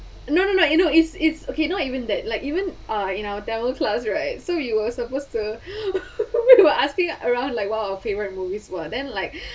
no no no you know it's it's okay not even that like even uh in our tamil class right so we were supposed to we were asking around like what was our favorite movies were then like